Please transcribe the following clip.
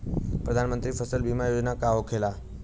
प्रधानमंत्री फसल बीमा योजना का होखेला?